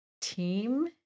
team